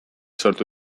sortu